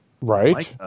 Right